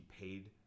paid